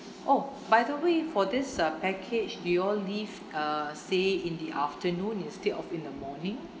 oh by the way for this uh package do you all leave uh say in the afternoon instead of in the morning